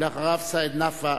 אחריו, סעיד נפאע,